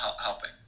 helping